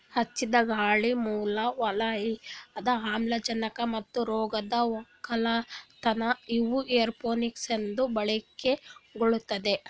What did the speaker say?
ಹೆಚ್ಚಿಂದ್ ಗಾಳಿ, ಮೂಲ ವಲಯದ ಆಮ್ಲಜನಕ ಮತ್ತ ರೋಗದ್ ಒಕ್ಕಲತನ ಇವು ಏರೋಪೋನಿಕ್ಸದು ಬಳಿಕೆಗೊಳ್